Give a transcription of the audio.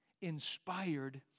inspired